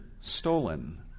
stolen